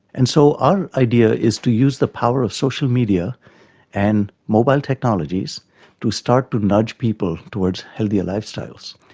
and so our idea is to use the power of social media and mobile technologies to start to nudge people towards healthier lifestyles.